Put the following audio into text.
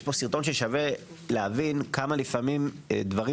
יש פה סרטון ששווה להבין כמה לפעמים דברים